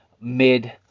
mid